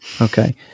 Okay